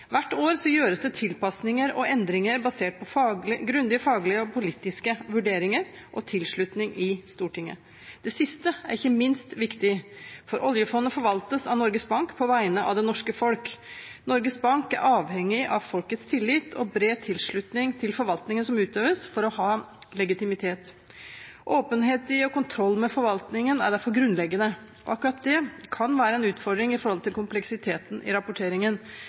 Hvert år gjøres det tilpasninger og endringer basert på grundige faglige og politiske vurderinger og tilslutning i Stortinget. Det siste er ikke minst viktig, for oljefondet forvaltes av Norges Bank på vegne av det norske folk. Norges Bank er avhengig av folkets tillit og av bred tilslutning til forvaltningen som utøves, for å ha legitimitet. Åpenhet i og kontroll med forvaltningen er derfor grunnleggende, og akkurat det kan være en utfordring i forhold til kompleksiteten i rapporteringen.